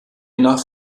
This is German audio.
nach